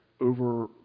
over